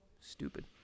stupid